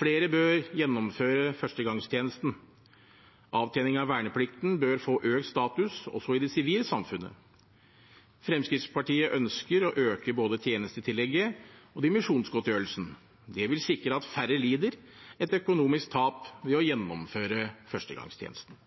Flere bør gjennomføre førstegangstjenesten. Avtjening av verneplikten bør få økt status også i det sivile samfunnet. Fremskrittspartiet ønsker å øke både tjenestetillegget og dimisjonsgodtgjørelsen. Det vil sikre at færre lider et økonomisk tap ved å gjennomføre førstegangstjenesten.